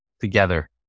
together